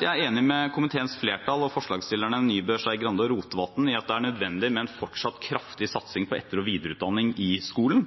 Jeg er enig med komiteens flertall og forslagsstillerne, Nybø, Skei Grande og Rotevatn, i at det er nødvendig med en fortsatt kraftig satsing på etter- og videreutdanning i skolen.